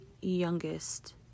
youngest